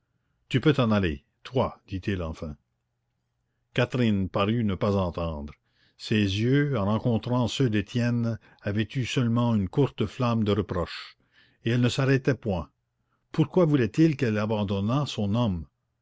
tu peux t'en aller toi dit-il enfin catherine parut ne pas entendre ses yeux en rencontrant ceux d'étienne avaient eu seulement une courte flamme de reproche et elle ne s'arrêtait point pourquoi voulait-il qu'elle abandonnât son homme